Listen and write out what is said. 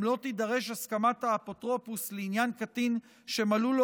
גם לא תידרש הסכמת האפוטרופוס לעניין קטין שמלאו לו